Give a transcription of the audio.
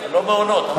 לא מעונות.